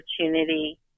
opportunity